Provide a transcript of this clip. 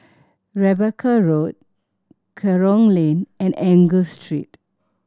Rebecca Road Kerong Lane and Angus Street